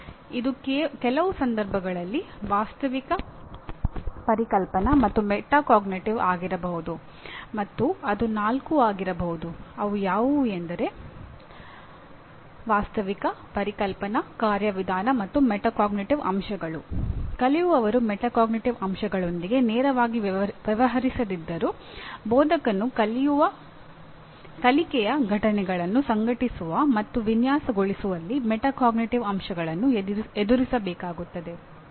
ಆದರೆ ಇದು ಕೆಲವು ಸಂದರ್ಭಗಳಲ್ಲಿ ವಾಸ್ತವಿಕ ಪರಿಕಲ್ಪನಾ ಮತ್ತು ಮೆಟಾಕಾಗ್ನಿಟಿವ್ ಅಂಶಗಳನ್ನು ಎದುರಿಸಬೇಕಾಗುತ್ತದೆ